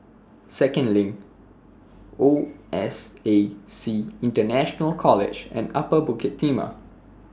Second LINK O S A C International College and Upper Bukit Timah